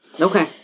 Okay